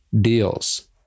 deals